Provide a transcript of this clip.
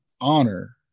honor